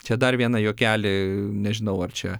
čia dar vieną juokelį nežinau ar čia